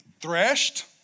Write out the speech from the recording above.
threshed